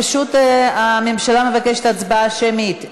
פשוט הממשלה מבקשת הצבעה שמית.